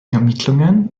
ermittlungen